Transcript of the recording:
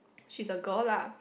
she's a girl lah